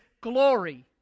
glory